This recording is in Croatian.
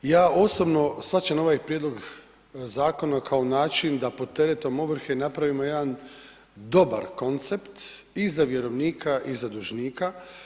Ja osobno shvaćam ovaj prijedlog zakona kao način da pod teretom ovrhe napravimo jedan dobar koncept, i za vjerovnika i za dužnika.